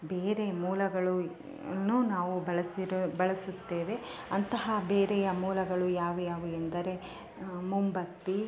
ಬೇರೆ ಮೂಲಗಳು ಅನ್ನು ನಾವು ಬಳಸಿರೋ ಬಳಸುತ್ತೇವೆ ಅಂತಹ ಬೇರೆಯ ಮೂಲಗಳು ಯಾವುಯಾವು ಎಂದರೆ ಮೊಂಬತ್ತಿ